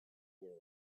world